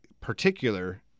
particular